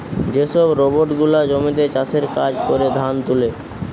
যে সব রোবট গুলা জমিতে চাষের কাজ করে, ধান তুলে